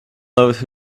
those